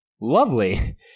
Lovely